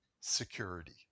security